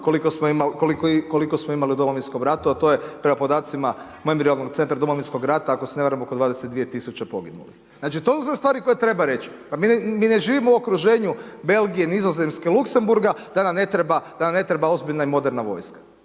koliko smo imali u Domovinskom ratu, a to je prema podacima memorijalnog centra Domovinskog rata, ako se ne varam oko 22 000 poginulih. Znači .../Govornik se ne razumije./... stvari koje treba reći, pa mi ne živimo u okruženju Belgije, Nizozemske, Luxembourga da nam ne treba ozbiljna i moderna vojska